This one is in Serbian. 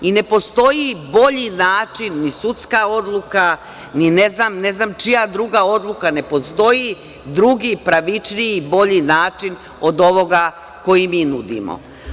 Ne postoji bolji način ni sudska odluka, ni ne znam čija druga odluka ne postoji, drugi pravičniji, bolji način od ovoga koji mi nudimo.